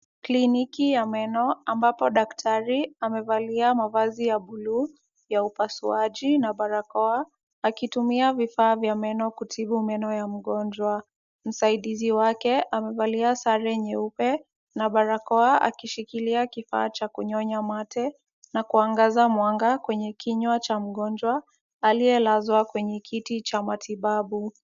Kliniki ya meno ambapo daktari amevalia mavazi ya buluu ya upasuaji na barakoa, akitumia vifaa vya meno kutibu meno ya mgonjwa. Msaidizi wake amevalia sare nyeupe na barakoa, akishikilia kifaa cha kunyonya mate na kwangaza mwanga kwenye kinywa cha mgonjwa, aliyelazwa kwenye kiti cha matibabu.